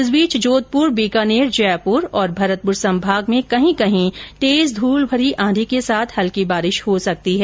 इस बीच जोधप्र बीकानेर जयप्र और भरतप्र संभाग में कहीं कहीं तेज धूलभरी आंधी के साथ हल्की बारिश हो सकती है